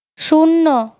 শূন্য